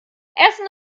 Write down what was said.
essen